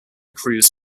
cruz